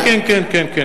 כן, כן.